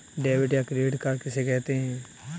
Debit या credit card किसे कहते हैं?